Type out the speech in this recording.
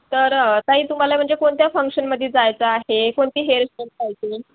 तर ताई तुम्हाला म्हणजे कोणत्या फंक्शनमध्ये जायचं आहे कोणती हेअरस्टेल पाहिजे